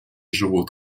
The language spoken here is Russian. живут